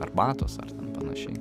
arbatos ar panašiai